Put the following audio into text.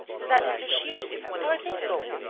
is that mr. shears? how are things going?